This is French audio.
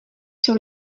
sur